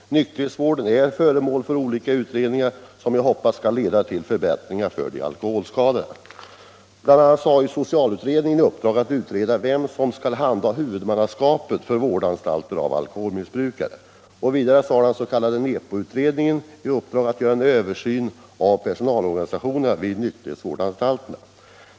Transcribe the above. Nykterhetsvården är föremål för olika utredningar som jag hoppas skall leda till förbättringar för de alkoholskadade. Bl. a. har socialutredningen i uppdrag att utreda vem som skall handha — Nr 109 huvudmannaskapet för vårdanstalter för alkoholmissbrukare. Vidare har Fredagen den den s.k. NEPO-utredningen i uppdrag att göra en översyn av perso 23 april 1976 nalorganisationen vid nykterhetsvårdsanstalterna.